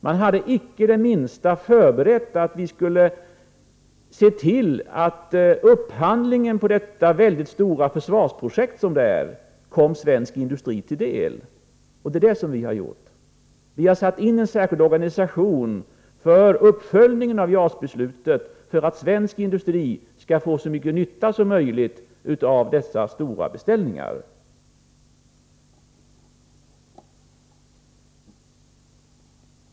Under den borgerliga perioden hade man inte på minsta sätt förberett att den upphandling som detta stora försvarsprojekt skulle medföra kom svensk industri till del. Det är vad vi nu har gjort. Vi har satt in en särskild organisation för uppföljning av JAS-beslutet så att svensk industri skall få så stor nytta som möjligt av de stora beställningarna.